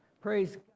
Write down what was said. Praise